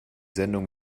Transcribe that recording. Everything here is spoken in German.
sendung